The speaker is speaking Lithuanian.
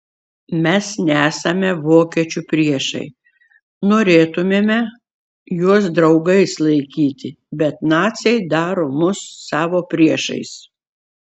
mes nesame vokiečių priešai norėtumėme juos draugais laikyti bet naciai daro mus savo priešais